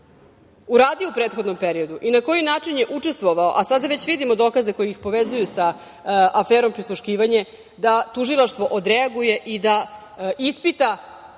uradio u prethodnom periodu i na koji način je učestvovao, a sada već vidimo dokaze koji ih povezuju sa aferom prisluškivanje, da tužilaštvo odreaguje i da ispita